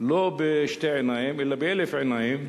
לא בשתי עיניים אלא באלף עיניים